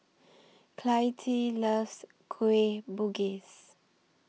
Clytie loves Kueh Bugis